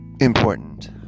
important